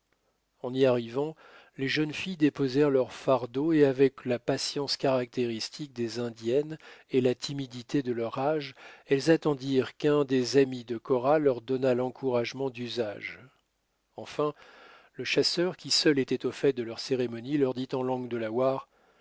en y arrivant les jeunes filles déposèrent leur fardeau et avec la patience caractéristique des indiennes et la timidité de leur âge elles attendirent qu'un des amis de cora leur donnât l'encouragement d'usage enfin le chasseur qui seul était au fait de leurs cérémonies leur dit en langue delaware ce